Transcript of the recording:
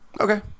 Okay